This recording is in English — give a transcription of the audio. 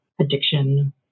addiction